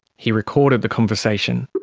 he recorded the conversation.